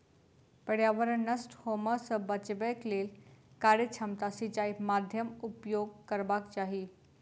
पर्यावरण नष्ट होमअ सॅ बचैक लेल कार्यक्षमता सिचाई माध्यमक उपयोग करबाक चाही